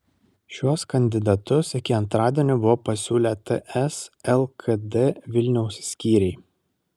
šiuos kandidatus iki antradienio buvo pasiūlę ts lkd vilniaus skyriai